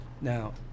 Now